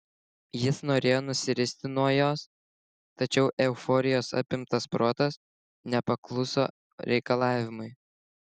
jis norėjo nusiristi nuo jos tačiau euforijos apimtas protas nepakluso reikalavimui